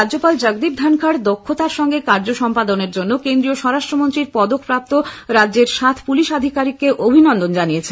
রাজ্যপাল জগদীপ ধনখড় দক্ষতার সঙ্গে কার্য সম্পাদনের জন্য কেন্দ্রীয় স্বরাষ্ট্র মন্ত্রীর পদক প্রাপ্ত রাজ্যের সাত পুলিশ আধিকরিককে অভিনন্দন জানিয়েছেন